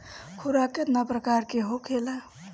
खुराक केतना प्रकार के होखेला?